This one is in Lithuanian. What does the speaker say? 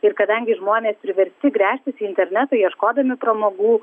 ir kadangi žmonės priversti gręžtis į internetą ieškodami pramogų